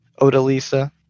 Odalisa